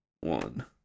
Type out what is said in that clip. one